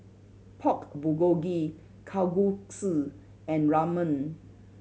Pork Bulgogi Kalguksu and Ramen